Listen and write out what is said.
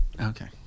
Okay